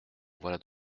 voilà